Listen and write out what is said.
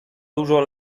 dużo